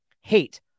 hate